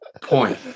point